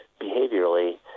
behaviorally